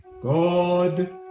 God